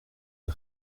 des